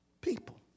people